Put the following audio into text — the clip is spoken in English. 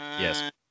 Yes